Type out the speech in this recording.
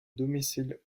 domicile